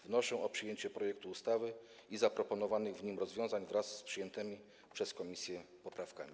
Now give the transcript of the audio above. Wnoszę o przyjęcie projektu ustawy i zaproponowanych w nim rozwiązań wraz z przyjętymi przez komisję poprawkami.